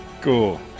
Cool